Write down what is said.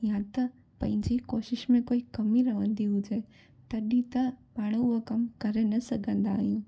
या त पंहिंजी कोशिशि में कोई कमी रहंदी हुजे तॾी त पाण उहा कमु करे न सघंदा आहियूं